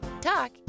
talk